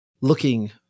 looking